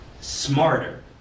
smarter